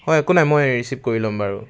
হয় একো নাই মই ৰিচিভ কৰি ল'ম বাৰু